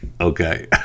Okay